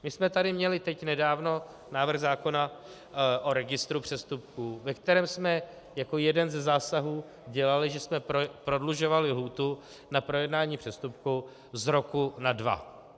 My jsme tady měli teď nedávno návrh zákona o registru přestupků, ve kterém jsme jako jeden ze zásahů dělali, že jsme prodlužovali lhůtu na projednání přestupku z roku na dva.